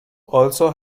also